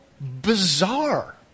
bizarre